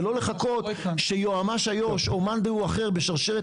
ולא לחכות שיועמ"ש איו"ש או מאן דהוא אחר בשרשרת